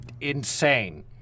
insane